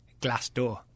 Glassdoor